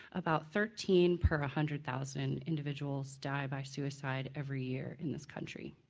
about thirteen per ah hundred thousand individuals die by suicide every year in this country.